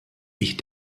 ich